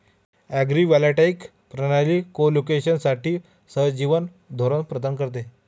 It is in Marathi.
अग्रिवॉल्टाईक प्रणाली कोलोकेशनसाठी सहजीवन धोरण प्रदान करते